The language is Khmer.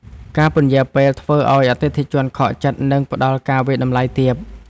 ការពន្យារពេលធ្វើឱ្យអតិថិជនខកចិត្ត និងផ្ដល់ការវាយតម្លៃទាប។